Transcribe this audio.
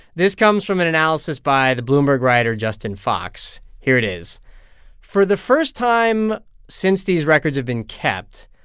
this comes from an analysis by the bloomberg writer justin fox. here it is for the first time since these records have been kept,